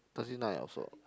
thirty nine or so